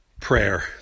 Prayer